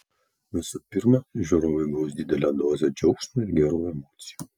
visų pirma žiūrovai gaus didelę dozę džiaugsmo ir gerų emocijų